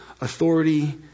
authority